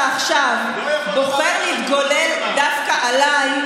אבל כשאני שומעת אותך עכשיו בוחר להתגולל דווקא עליי,